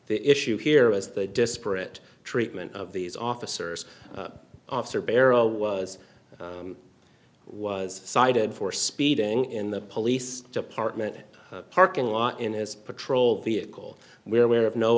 the issue here is the disparate treatment of these officers officer barrow was was cited for speeding in the police department parking lot in his patrol vehicle we are aware of no